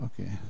okay